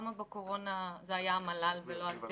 למה זה היה המל"ל ולא אתם?